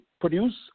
produce